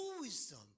wisdom